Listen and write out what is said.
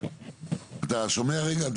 אתה שומע רגע?